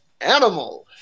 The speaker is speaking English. Animal